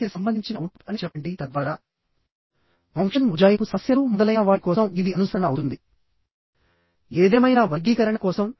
ఎందుకంటే tension members లో net area ది ముఖ్యమైన పాత్ర